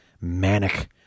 manic